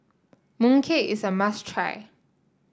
mooncake is a must try